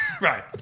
Right